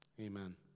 Amen